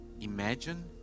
imagine